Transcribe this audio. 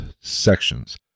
sections